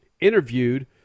interviewed